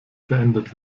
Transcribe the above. verändert